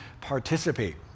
participate